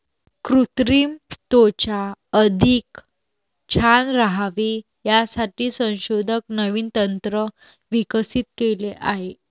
कृत्रिम त्वचा अधिक छान राहावी यासाठी संशोधक नवीन तंत्र विकसित केले आहे